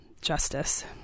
justice